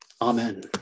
Amen